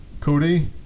Cody